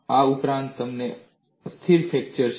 આ ઉપરાંત તમને અસ્થિર ફ્રેક્ચર છે